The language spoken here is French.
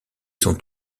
sont